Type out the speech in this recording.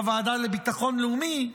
בוועדה לביטחון לאומי,